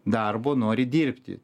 darbo nori dirbti